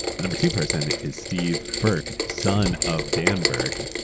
the number two person is steve burke, son of dan burke,